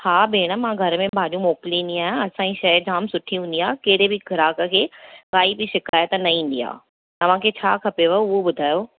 हा भेण मां घर में भाॼियूं मोकिलींदी आहियां असांजी शइ जाम सुठी हूंदी आहे कहिड़े बि ग्राहक खे काई बि शिकाइत न ईंदी आहे तव्हांखे छा खपेव उहो ॿुधायो